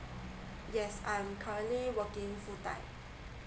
yes I'm currently working full time